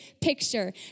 picture